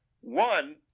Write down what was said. one